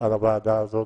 על הוועדה הזאת.